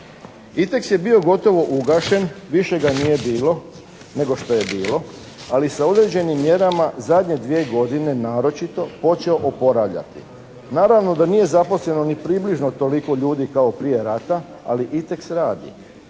je bio gotovo ugašen, više ga nije bilo nego što je bilo, ali sa određenim mjerama zadnje dvije godine naročito počeo oporavljati. Naravno da nije zaposleno ni približno toliko ljudi kao prije rata, ali "Iteks" radi.